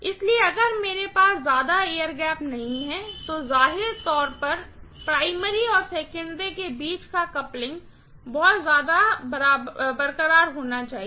इसलिए अगर मेरे पास ज्यादा एयर गैप नहीं है तो जाहिर तौर पर प्राइमरी और सेकेंडरी के बीच का कपलिंग बहुत ज्यादा बरकरार होना चाहिए